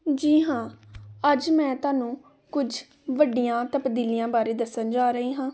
ਜੀ ਹਾਂ ਅੱਜ ਮੈਂ ਤੁਹਾਨੂੰ ਕੁਝ ਵੱਡੀਆਂ ਤਬਦੀਲੀਆਂ ਬਾਰੇ ਦੱਸਣ ਜਾ ਰਹੀ ਹਾਂ